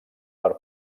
per